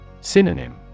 Synonym